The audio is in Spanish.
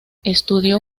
estudió